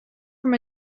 from